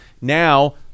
now